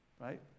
right